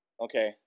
Okay